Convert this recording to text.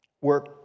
work